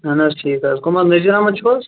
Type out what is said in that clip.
اہن حظ ٹھیٖک حظ کُم حظ نزیر احمد چھُو حظ